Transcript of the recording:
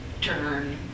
turn